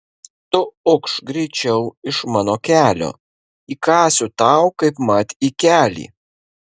tu ukš greičiau iš mano kelio įkąsiu tau kaipmat į kelį